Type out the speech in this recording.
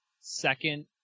second